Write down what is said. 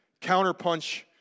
counterpunch